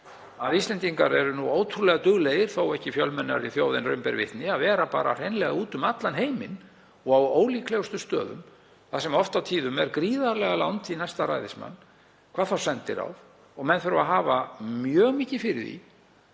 að Íslendingar eru ótrúlega duglegir, þó ekki fjölmennari þjóð en raun ber vitni, að vera hreinlega úti um allan heiminn og á ólíklegustu stöðum þar sem oft á tíðum er gríðarlega langt í næsta ræðismann, hvað þá sendiráð, og menn þurfa að hafa mjög mikið fyrir því